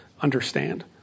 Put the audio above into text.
understand